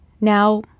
Now